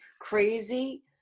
crazy